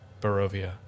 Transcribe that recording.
Barovia